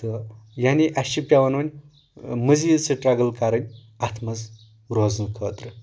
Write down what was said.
تہٕ یعنے اسہِ چھِ پٮ۪وان وۄنۍ مٔزیٖد سٹرگٕل کرٕنۍ اتھ منٛز روزنہٕ خٲطرٕ